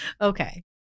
Okay